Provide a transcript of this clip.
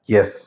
Yes